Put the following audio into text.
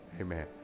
amen